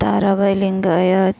Tarabai Lingayat